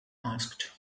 asked